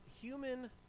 human